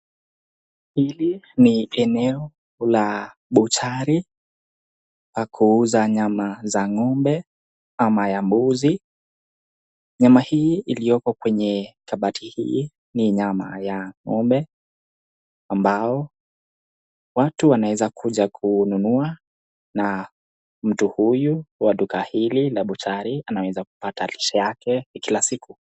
Hili ni eneo la buchari pa kuuza nyama za ng'ombe ama ya mbuzi. Nyama hii ilioko kwenye kabati hii ni nyama ya ng'ombe ambao watu wanaweza kuja kununua na mtu huyu wa duka hili la buchari anaweza kupata lishe yake kila siku.